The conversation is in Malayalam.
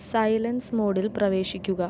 സൈലൻസ് മോഡിൽ പ്രവേശിക്കുക